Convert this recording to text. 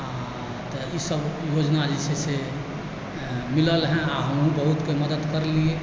आओर तऽ ई सब योजना जे छै से मिलल हँ आओर हमहुँ बहुतकेँ मदति करलियै